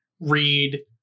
read